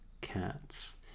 cats